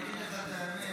אני אגיד לך את האמת